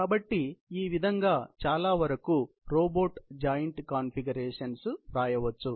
కాబట్టి ఈ విధంగా చాలావరకూ రోబోట్ జాయింట్ కాన్ఫిగరేషన్స్ వ్రాయవచ్చు